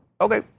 Okay